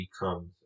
becomes